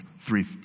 Three